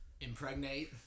impregnate